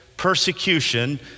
Persecution